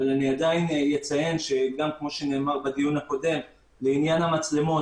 אבל אני אציין שכמו שנאמר בדיון הקודם לעניין המצלמות,